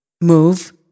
move